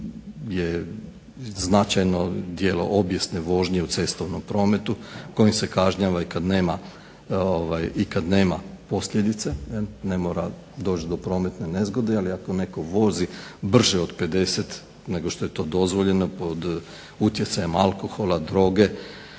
je značajno djelo objesne vožnje u cestovnom prometu kojim se kažnjava i kad nema posljedice. Ne mora doći do prometne nezgode. Ali ako netko vozi brže od 50 nego što je to dozvoljeno pod utjecajem alkohola, droge